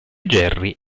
jerry